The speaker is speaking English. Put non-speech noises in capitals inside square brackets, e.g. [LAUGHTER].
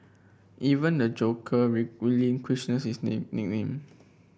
even the Joker [UNINTELLIGIBLE] his name [UNINTELLIGIBLE]